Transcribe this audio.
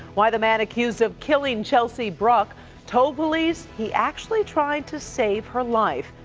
why the man accused of killing chelsea bruck told police he actually tried to save her life.